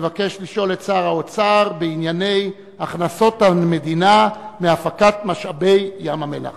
המבקש לשאול את שר האוצר בענייני הכנסות המדינה מהפקת משאבי ים-המלח.